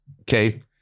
okay